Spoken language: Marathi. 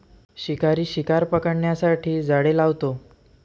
शिकारी शिकार पकडण्यासाठी जाळे लावतो